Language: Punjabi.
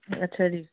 ਅੱਛਾ ਜੀ